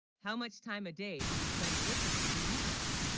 how much time a, day, do you spend listening to music